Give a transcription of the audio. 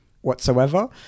whatsoever